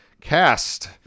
cast